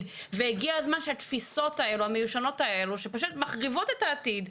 והגיע הזמן שהתפיסות המיושנות האלה שפשוט מחריבות את העתיד,